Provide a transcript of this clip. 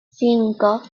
cinco